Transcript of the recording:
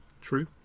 True